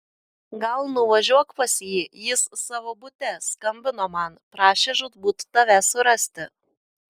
gal nuvažiuok pas jį jis savo bute skambino man prašė žūtbūt tave surasti